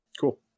Cool